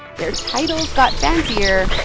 their titles got fancier,